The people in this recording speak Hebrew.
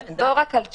לא רק על שיק.